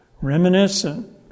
reminiscent